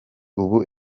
ubu